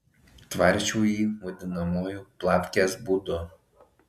tvarsčiau jį vadinamuoju plavkės būdu